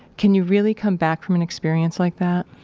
can you really come back from an experience like that?